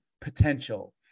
potential